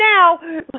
now